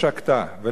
ולמה יראה?